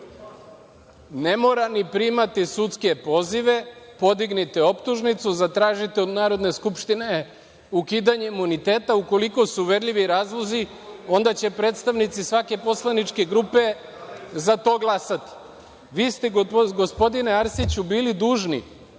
mora ni primati sudske pozive, podignite optužnicu, zatražite od Narodne skupštine ukidanje imuniteta ukoliko su uverljivi razlozi, onda će predstavnici svake poslaničke grupe za to glasati. Vi ste gospodine Arsiću bili dužni